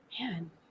Man